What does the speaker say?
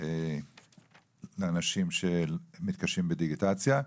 לאנשים שמתקשים בדיגיטציה.